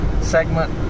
segment